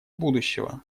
будущего